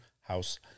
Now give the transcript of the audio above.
House